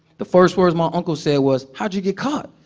the first words my uncle said was, how'd you get caught?